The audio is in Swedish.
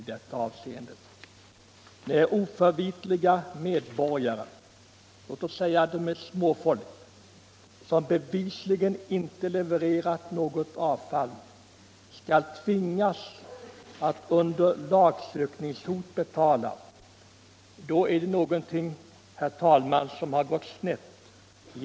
När oförvitliga medborgare — låt oss säga att de är ”småfolk” — som bevisligen inte levererat något avfall, under lagsökningshot tvingas betala, då är det någonting som har gått snett.